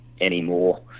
anymore